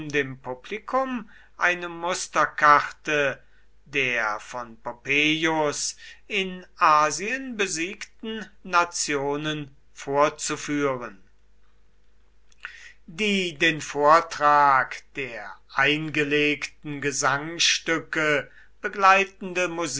dem publikum eine musterkarte der von pompeius in asien besiegten nationen vorzuführen die den vortrag der eingelegten gesangstücke begleitende